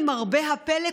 למרבה הפלא,